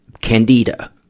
candida